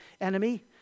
enemy